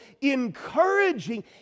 encouraging